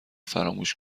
فراموش